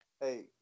hey